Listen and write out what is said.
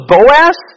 Boaz